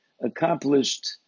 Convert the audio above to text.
accomplished